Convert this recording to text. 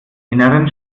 inneren